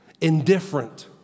indifferent